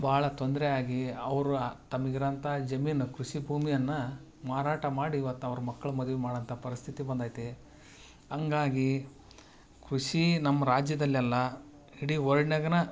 ಭಾಳ ತೊಂದರೆ ಆಗಿ ಅವರ ತಮ್ಗಿರಂತ ಜಮೀನು ಕೃಷಿ ಭೂಮಿಯನ್ನ ಮಾರಾಟ ಮಾಡಿ ಇವತ್ತು ಅವ್ರ ಮಕ್ಳು ಮದಿ ಮಾಡಂಥಾ ಪರಿಸ್ಥಿತಿ ಬಂದೈತಿ ಹಾಗಾಗಿ ಕೃಷಿ ನಮ್ಮ ರಾಜ್ಯದಲೆಲ್ಲ ಇಡೀ ವರ್ಡ್ನ್ಯಾಗನ